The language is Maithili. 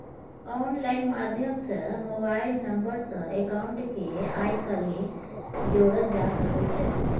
आनलाइन माध्यम सँ मोबाइल नंबर सँ अकाउंट केँ आइ काल्हि जोरल जा सकै छै